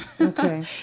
Okay